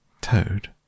Toad